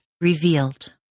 revealed